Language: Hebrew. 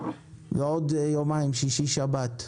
ועוד יומיים שהם שישי-שבת,